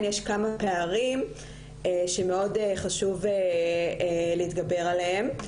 יש כמה פערים שמאוד חשוב להתגבר עליהם.